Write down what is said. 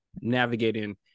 navigating